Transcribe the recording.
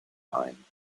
ein